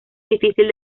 difícil